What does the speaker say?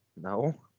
no